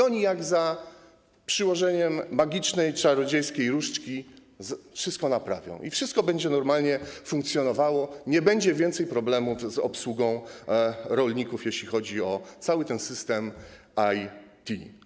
One jak za dotknięciem magicznej, czarodziejskiej różdżki wszystko naprawią i wszystko będzie normalnie funkcjonowało, nie będzie więcej problemów z obsługą rolników, jeśli chodzi o cały ten system IT.